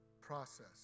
process